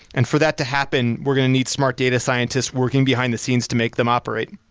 and for that to happen, we're going to need smart data scientists working behind the scenes to make them operate.